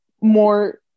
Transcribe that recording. more